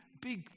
big